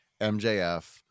MJF